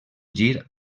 gir